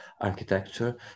architecture